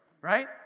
Right